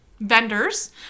vendors